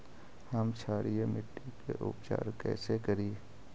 हम क्षारीय मिट्टी के उपचार कैसे करी?